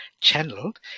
channeled